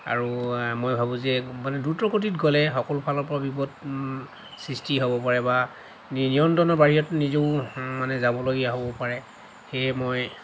আৰু মই ভাবোঁ যে মানে দ্ৰুতগতিত গ'লে সকলো ফালৰ পৰা বিপদ সৃষ্টি হ'ব পাৰে বা নিয়ন্ত্ৰণৰ বাহিৰত নিজেও মানে যাবলগীয়া হ'ব পাৰে সেয়ে মই